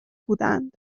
بودند